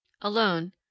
alone